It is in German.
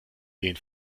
den